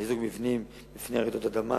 חיזוק מבנים בפני רעידות אדמה,